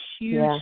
huge